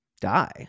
die